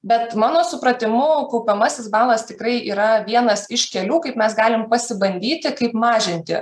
bet mano supratimu kaupiamasis balas tikrai yra vienas iš kelių kaip mes galim pasibandyti kaip mažinti